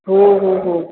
हो हो हो